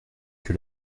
que